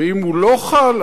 ואם הוא לא חל,